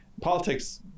politics